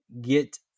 get